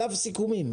שלב סיכומים.